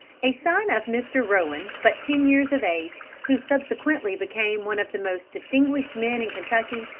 a son of mr. rowan, but ten years of age, who subsequently became one of the most distinguished men in kentucky,